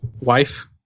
wife